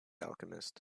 alchemist